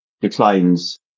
declines